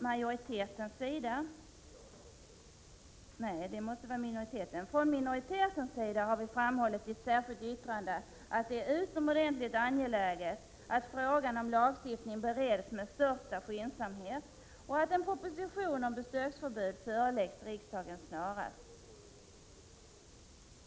Minoriteten har i ett särskilt yttrande framhållit att det är utomordentligt angeläget att frågan om lagstiftning bereds med största skyndsamhet och att en proposition om besöksförbud föreläggs riksdagen snarast.